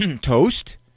toast